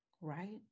Right